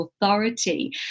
authority